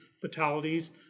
fatalities